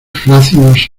flácidos